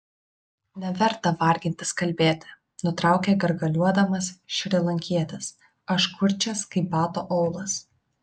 neverta vargintis kalbėti nutraukė gargaliuodamas šrilankietis aš kurčias kaip bato aulas